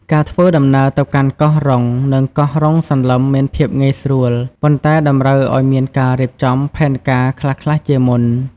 ការធ្វើដំណើរទៅកាន់កោះរ៉ុង និងកោះរ៉ុងសន្លឹមមានភាពងាយស្រួល ប៉ុន្តែតម្រូវឲ្យមានការរៀបចំផែនការខ្លះៗជាមុន។